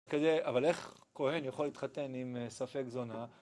תראה..אבל איך כהן יכולה להתחתן עם ספק זונה